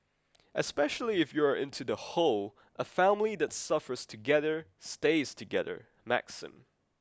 especially if you are into the whole a family that suffers together stays together maxim